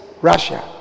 Russia